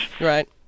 Right